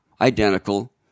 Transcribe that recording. identical